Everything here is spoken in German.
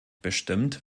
bestimmt